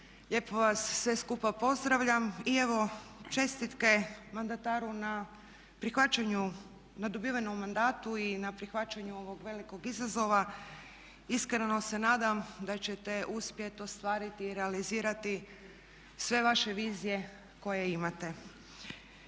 lijepo vas sve skupa pozdravljam i evo čestitke mandataru na dobivenom mandatu i na prihvaćanju ovog velikog izazova. Iskreno se nadam da ćete uspjeti ostvariti i realizirati sve vaše vizije koje imate.